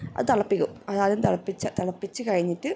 അത് തിളപ്പിക്കും അത് ആദ്യം തിളപ്പിച്ച് തിളപ്പിച്ച് കഴിഞ്ഞിട്ട്